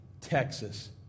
Texas